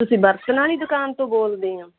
ਤੁਸੀਂ ਬਰਤਨਾਂ ਵਾਲੀ ਦੁਕਾਨ ਤੋਂ ਬੋਲਦੇ ਹੋ